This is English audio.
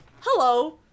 Hello